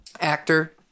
actor